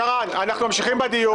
שרן, אנחנו ממשיכים בדיון.